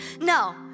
No